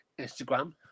Instagram